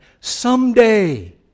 Someday